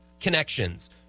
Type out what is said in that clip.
connections